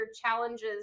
challenges